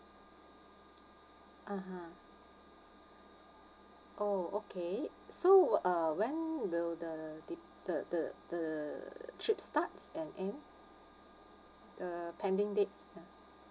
(uh huh) oh okay so uh when will the dep~ the the the trip starts and end the pending dates ya